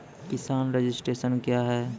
किसान रजिस्ट्रेशन क्या हैं?